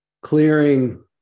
Clearing